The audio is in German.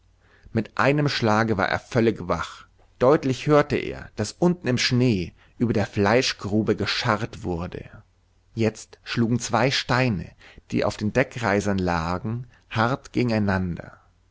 mit einem schlage war er völlig wach deutlich hörte er daß unten im schnee über der fleischgrube gescharrt wurde jetzt schlugen zwei steine die auf den deckreisern lagen hart